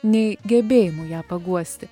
nei gebėjimų ją paguosti